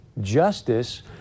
Justice